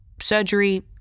surgery